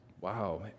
Wow